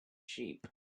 sheep